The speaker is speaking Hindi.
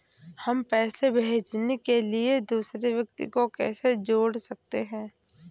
हम पैसे भेजने के लिए दूसरे व्यक्ति को कैसे जोड़ सकते हैं?